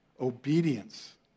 Obedience